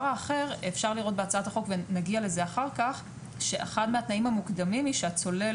אפשר לראות בהצעת החוק שאחד מהתנאים המוקדמים הוא שהצולל